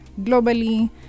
globally